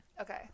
okay